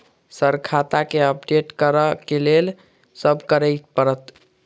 Sir खाता केँ update करऽ लेल की सब करै परतै?